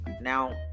Now